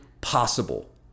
possible